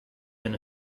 been